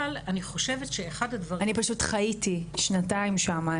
אבל אני חושבת שאחד הדברים --- אני פשוט חייתי שנתיים שמה,